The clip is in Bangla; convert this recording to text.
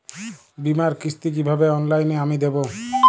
বীমার কিস্তি কিভাবে অনলাইনে আমি দেবো?